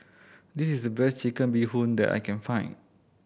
this is the best Chicken Bee Hoon that I can find